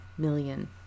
million